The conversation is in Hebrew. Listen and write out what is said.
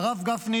הרב גפני